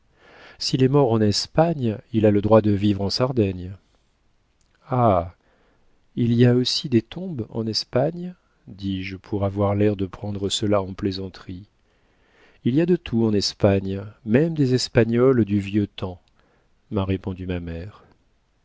s'il est mort en espagne il a le droit de vivre en sardaigne ah il y a aussi des tombes en espagne dis-je pour avoir l'air de prendre cela en plaisanterie il y a de tout en espagne même des espagnols du vieux temps m'a répondu ma mère